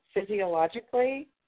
physiologically